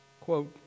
quote